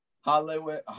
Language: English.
Hollywood